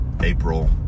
April